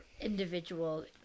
individual